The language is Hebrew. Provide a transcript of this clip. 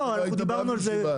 לא, אנחנו דיברנו על זה.